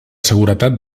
seguretat